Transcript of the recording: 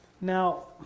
Now